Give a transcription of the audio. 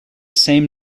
same